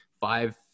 five